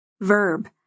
Verb